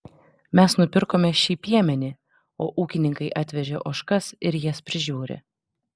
mes nupirkome šį piemenį o ūkininkai atvežė ožkas ir jas prižiūri